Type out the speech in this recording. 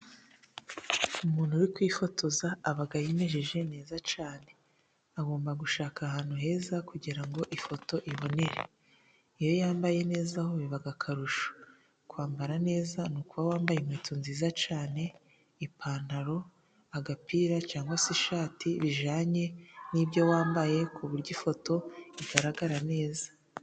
Umuntu uri kwifotoza aba yimejeje neza cyane. Agomba gushaka ahantu heza, kugira ngo ifoto ibonere. Iyo yambaye neza ho biba akarusho. Kwambara neza, ni ukuba wambaye inkweto nziza cyane, ipantaro, agapira, cyangwa se ishati bijyanye n'ibyo wambaye, ku buryo ifoto igaragara neza.